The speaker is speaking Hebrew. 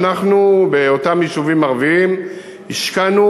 אנחנו באותם יישובים ערביים השקענו